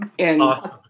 Awesome